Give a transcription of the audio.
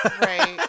Right